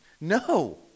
no